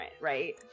right